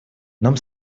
нам